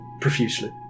Profusely